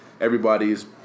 everybody's